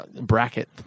bracket